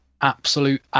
absolute